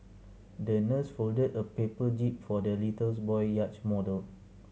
the nurse folded a paper jib for the little boy yacht model